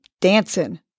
dancing